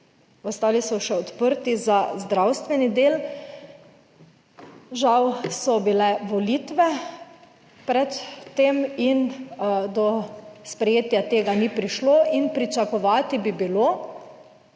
ostali so še odprti za zdravstveni del, žal so bile volitve pred tem in do sprejetja tega ni prišlo. In pričakovati bi bilo,